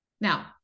Now